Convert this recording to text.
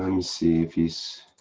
um see if he's,